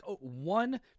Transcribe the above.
one